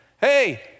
Hey